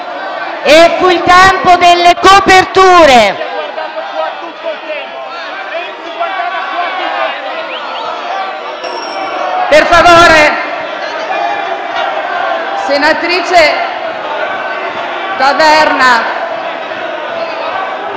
E fu il tempo delle coperture...